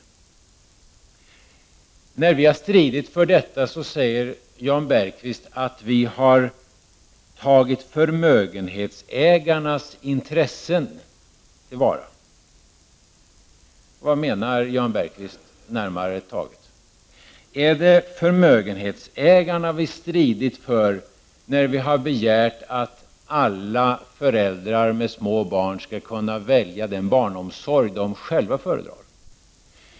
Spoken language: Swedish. Vi har stridit för detta, och då säger Jan Bergqvist att vi har tagit förmögenhetsägarnas intressen till vara. Vad menar Jan Bergqvist närmare med det? Är det förmögenhetsägarna vi stridit för när vi har begärt att alla föräldrar med små barn skall kunna välja den barnomsorg som de själva föredrar?